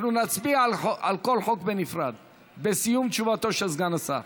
אנחנו נצביע על כל חוק בנפרד בסיום תשובתו של סגן השר.